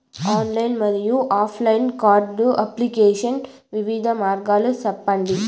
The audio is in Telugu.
ఆన్లైన్ మరియు ఆఫ్ లైను కార్డు అప్లికేషన్ వివిధ మార్గాలు సెప్పండి?